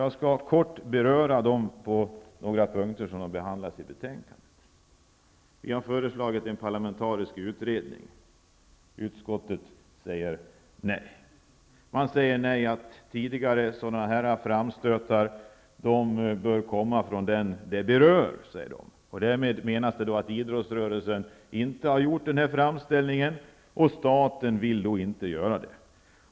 Jag skall kort beröra dem på några punkter som behandlats i betänkandet. Vi har föreslagit en parlamentarisk utredning. Utskottet säger nej. Man säger att sådana framstötar bör komma från dem det berör. Därmed menar utskottet att idrottsrörelsen inte gjort en sådan framställan, och då vill staten inte göra det.